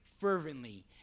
fervently